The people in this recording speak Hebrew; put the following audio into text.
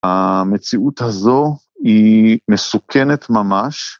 המציאות הזו היא מסוכנת ממש.